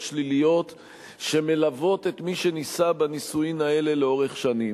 שליליות שמלוות את מי שנישא בנישואים האלה לאורך שנים.